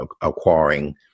acquiring